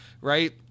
right